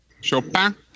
Chopin